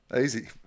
Easy